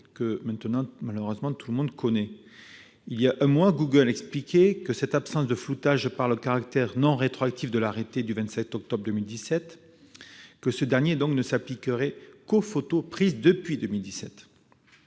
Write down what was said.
le monde connaît malheureusement aujourd'hui. Voilà un mois, Google expliquait cette absence de floutage par le caractère non rétroactif de l'arrêté du 27 octobre 2017 : ce dernier ne s'appliquerait qu'aux photos prises depuis 2017.